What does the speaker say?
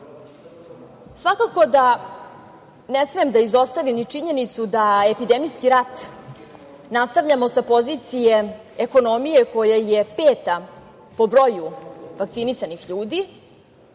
priče. Svakako da ne smem da izostavim ni činjenicu da epidemijski rat nastavljamo sa pozicije ekonomije koja je peta po broju vakcinisanih ljudi,